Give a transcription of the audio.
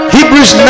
Hebrews